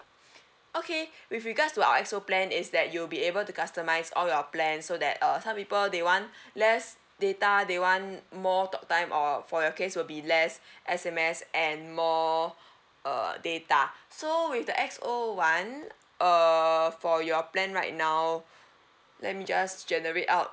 okay with regards to our X O plan is that you'll be able to customise all your plan so that uh some people they want less data they want more talk time or for your case will be less S_M_S and more uh data so with the X O one uh for your plan right now let me just generate out